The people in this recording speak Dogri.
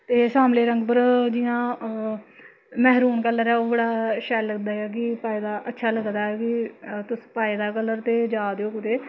ते सांबले रंग पर जियां मैह्रून कलर ऐ ओह् बड़ा शैल लगदा ऐ कि पाए दा अच्छा लगदा ऐ कि तुसें पाए दा कलर ते जा दे ओ कुतै